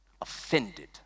offended